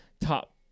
top